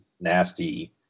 nasty